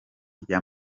rya